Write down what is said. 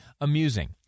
amusing